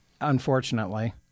unfortunately